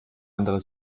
andere